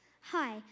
Hi